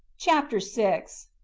chapter six.